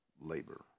labor